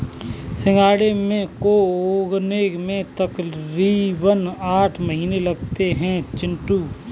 सिंघाड़े को उगने में तकरीबन आठ महीने लगते हैं चिंटू